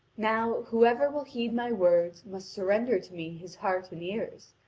now, whoever will heed my words, must surrender to me his heart and ears,